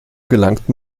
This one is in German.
gelangt